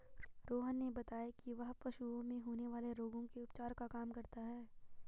रोहन ने बताया कि वह पशुओं में होने वाले रोगों के उपचार का काम करता है